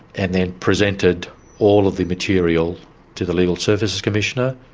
and then presented all of the material to the legal services commissioner,